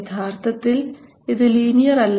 യഥാർത്ഥത്തിൽ ഇത് ലീനിയർ അല്ല